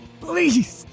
Please